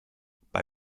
bei